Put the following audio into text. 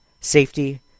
safety